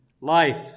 life